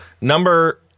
Number